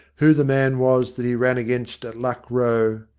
who the man was that he ran against at luck row,